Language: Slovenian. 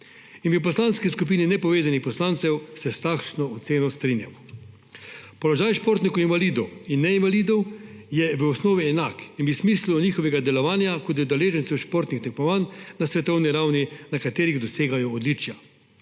In v Poslanski skupini nepovezanih poslancev se s takšno oceno strinjamo. Položaj športnikov invalidov in neinvalidov je v osnovi enak. V smiselu njihovega delovanja kot udeležencev športnih tekmovanj na svetovni ravni, na katerih dosegajo odličja,